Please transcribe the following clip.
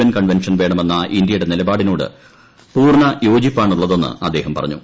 N convention വേണമെന്നു ഇന്ത്യയുടെ നിലപാടിനോട് പൂർണ യോജിപ്പാണുള്ളതെന്ന് അദ്ദേഹം പറഞ്ഞു